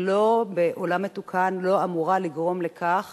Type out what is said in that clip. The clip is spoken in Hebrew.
היא לא, בעולם מתוקן, לא אמורה לגרום לכך